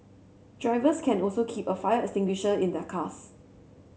drivers can also keep a fire extinguisher in their cars